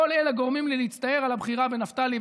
כל אלה גורמים לי להצטער על הבחירה בנפתלי.